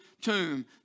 tomb